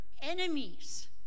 enemies